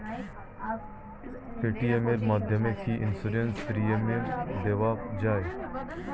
Paytm এর মাধ্যমে কি ইন্সুরেন্স প্রিমিয়াম দেওয়া যায়?